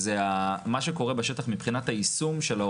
מבחינתך